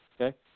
Okay